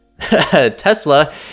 Tesla